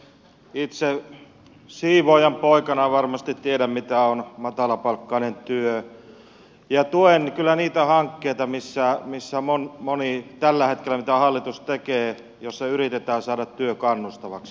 itse siivoojan poikana varmasti tiedän mitä on matalapalkkainen työ ja tuen kyllä niitä hankkeita mitä tällä hetkellä hallitus tekee joissa yritetään saada työ kannustavaksi